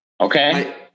Okay